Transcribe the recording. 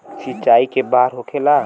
सिंचाई के बार होखेला?